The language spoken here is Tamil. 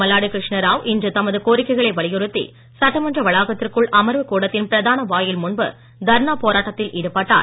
மல்லாடி கிருஷ்ணராவ் இன்று தமது கோரிக்கைகளை வலியுறுத்தி சட்டமன்ற வளாகத்திற்குள் அமர்வு கூடத்தின் பிராதானா வாயில் முன்பு தர்ணா போராட்டத்தில் ஈடுபட்டார்